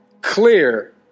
clear